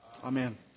Amen